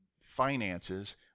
finances